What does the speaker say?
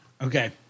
Okay